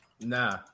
Nah